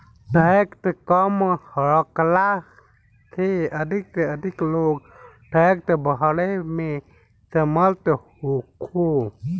tax कम रखला से अधिक से अधिक लोग टैक्स भरे में समर्थ होखो